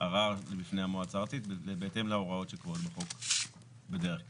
ערר בפני המועצה הארצית בהתאם להוראות שקבועות בחוק בדרך כלל.